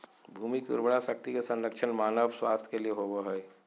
भूमि की उर्वरा शक्ति के संरक्षण मानव स्वास्थ्य के लिए होबो हइ